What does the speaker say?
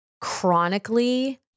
chronically